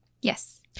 yes